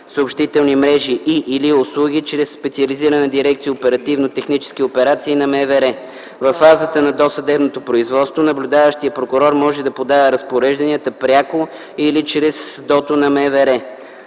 съобщителни мрежи и/или услуги чрез Специализирана дирекция „Оперативно-технически операции” на МВР. Във фазата на досъдебното производство наблюдаващият прокурор може да подава разпорежданията пряко или чрез СД „ОТО” на МВР.”